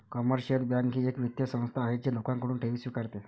commercial bank ही एक वित्तीय संस्था आहे जी लोकांकडून ठेवी स्वीकारते